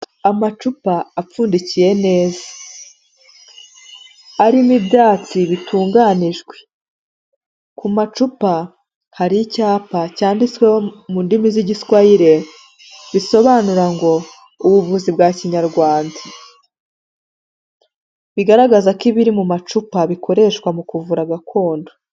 Amacupa apfundikiye neza arimo ibyatsi bitunganyijwe, ku macupa hari icyapa cyanditsweho mu z'igiswayire bizobanura ngo ubuvuzi bwa kinyarwanda bigaragaza ko ibiri mu macupa bikoreshwa mu kuvura gakondo.